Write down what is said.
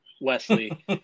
Wesley